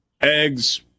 Eggs